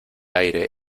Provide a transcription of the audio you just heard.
aire